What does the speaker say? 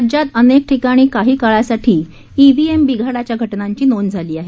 राज्यात अनेक ठिकाणी काही काळासाठी इव्हीएम बिघाडाच्या घटनांची नोंद झाली आहे